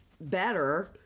better